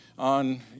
On